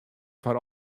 foar